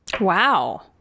Wow